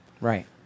right